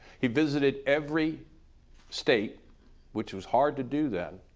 he visited every state which was hard to do then.